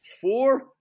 four